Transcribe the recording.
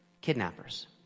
kidnappers